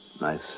nice